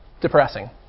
depressing